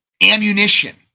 ammunition